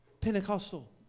Pentecostal